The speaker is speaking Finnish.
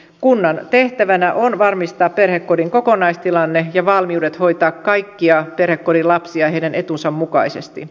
kunnan tehtävänä on varmistaa perhekodin kokonaistilanne ja valmiudet hoitaa kaikkia perhekodin lapsia heidän etunsa mukaisesti